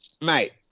mate